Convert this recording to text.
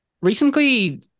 Recently